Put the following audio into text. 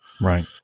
right